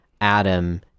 Adam